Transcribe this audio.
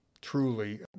truly